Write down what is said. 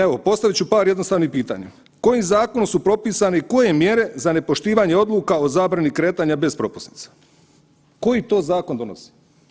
Evo postavit ću par jednostavnih pitanja, kojim zakonom su propisane i koje mjere za nepoštivanje odluka o zabrani kretanja bez propusnice, koji to zakon donosi?